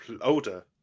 older